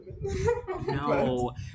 no